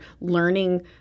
learning